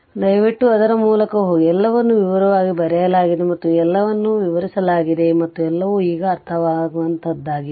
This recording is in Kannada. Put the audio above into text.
ದಯವಿಟ್ಟು ಅದರ ಮೂಲಕ ಹೋಗಿ ಎಲ್ಲವನ್ನು ವಿವರವಾಗಿ ಬರೆಯಲಾಗಿದೆ ಮತ್ತು ಎಲ್ಲವನ್ನೂ ವಿವರಿಸಲಾಗಿದೆ ಮತ್ತು ಎಲ್ಲವೂ ಈಗ ಅರ್ಥವಾಗುವಂತಹದ್ದಾಗಿದೆ